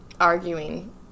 arguing